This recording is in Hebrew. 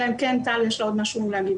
אלא אם כן לטל פוקס יש עוד משהו להגיד.